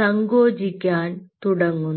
സങ്കോചിക്കാൻ തുടങ്ങുന്നു